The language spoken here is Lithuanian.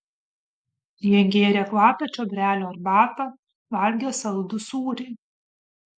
jie gėrė kvapią čiobrelių arbatą valgė saldų sūrį